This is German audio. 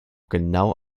genau